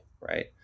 right